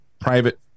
private